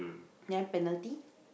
ya penalty